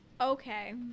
okay